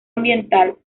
ambiental